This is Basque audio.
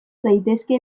daitezke